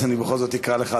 אז אני בכל זאת אקרא לך,